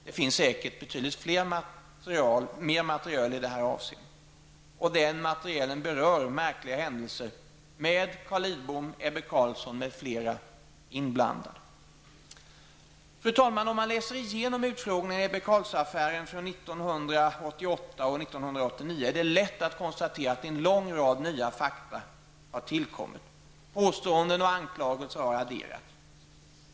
Det finns säkert betydligt mer material som berör märkliga händelser med Carl Lidbom, Fru talman! Om man läser igenom utfrågningarna i Ebbe Carlsson-affären från 1988 och 1989 är det lätt att konstatera att många nya fakta har kommit till. Påståenden och anklagelser har adderats.